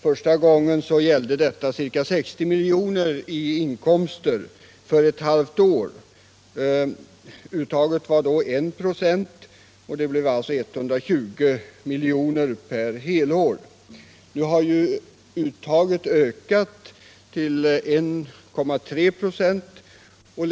Första gången sådan avgift uttogs av dessa uppgick inkomsterna härav till 60 milj.kr. för ett halvt år. Uttaget var då 1 26, vilket motsvarar 120 milj.kr. för helt år. Nu har ju uttaget ökat till 1,3 96.